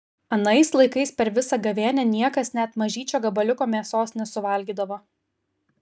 anais laikais per visą gavėnią niekas net mažyčio gabaliuko mėsos nesuvalgydavo